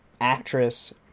actress